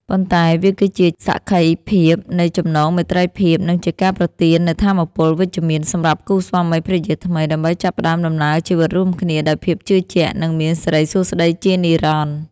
ប៉ុន្តែវាគឺជាសក្ខីភាពនៃចំណងមេត្រីភាព និងជាការប្រទាននូវថាមពលវិជ្ជមានសម្រាប់គូស្វាមីភរិយាថ្មី ដើម្បីចាប់ផ្តើមដំណើរជីវិតរួមគ្នាដោយភាពជឿជាក់ និងមានសិរីសួស្តីជានិរន្តរ៍។